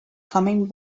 coming